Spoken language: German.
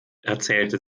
erzählte